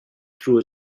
through